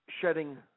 shedding